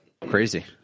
crazy